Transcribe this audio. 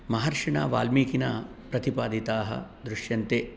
महिर्षिणा वाल्मीकिना प्रतिपादिताः दृश्यन्ते